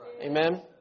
Amen